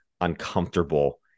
uncomfortable